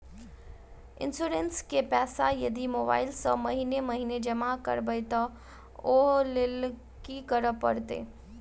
Insurance केँ पैसा यदि मोबाइल सँ महीने महीने जमा करबैई तऽ ओई लैल की करऽ परतै?